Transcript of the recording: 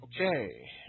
Okay